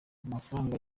amafaranga